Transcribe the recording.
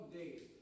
days